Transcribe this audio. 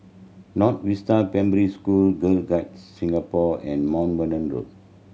North Vista Primary School Girl Guides Singapore and Mount Vernon Road